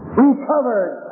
recovered